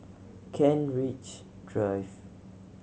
Kent Ridge Drive